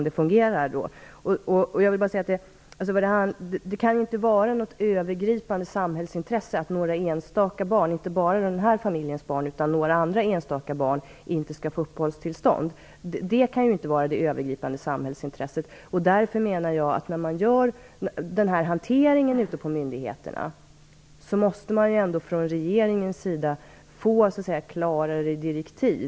Det kan inte vara av något övergripande samhällsintresse att några enstaka barn - inte bara denna familjs barn - inte skall få uppehållstillstånd. Det kan inte vara det övergripande samhällsintresset. Därför menar jag att regeringen måste ge klarare direktiv för myndigheternas hanteringen.